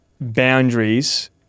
boundaries